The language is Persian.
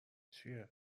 چیه